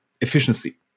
efficiency